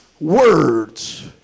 words